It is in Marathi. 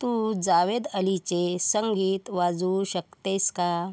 तू जावेद अलीचे संगीत वाजवू शकतेस का